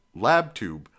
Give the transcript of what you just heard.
LabTube